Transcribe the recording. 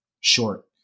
short